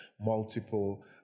multiple